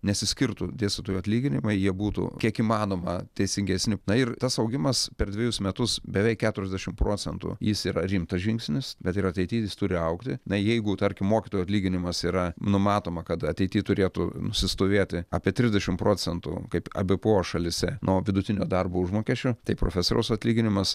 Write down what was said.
nesiskirtų dėstytojų atlyginimai jie būtų kiek įmanoma teisingesni na ir tas augimas per dvejus metus beveik keturiasdešimt procentų jis yra rimtas žingsnis bet ir ateity jis turi augti na jeigu tarkim mokytojo atlyginimas yra numatoma kad ateity turėtų nusistovėti apie trisdešimt procentų kaip ebpo šalyse nuo vidutinio darbo užmokesčio tai profesoriaus atlyginimas